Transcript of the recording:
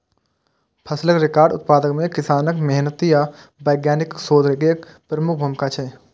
फसलक रिकॉर्ड उत्पादन मे किसानक मेहनति आ वैज्ञानिकक शोध केर प्रमुख भूमिका छै